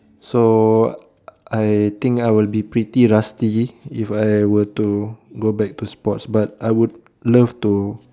so I think I will be pretty rusty if I were to go back to sports but I would love to